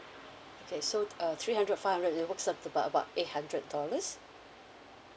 okay so uh three hundred five hundred it works out about about eight hundred dollars